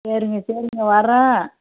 சரிங்க சரிங்க வறேன்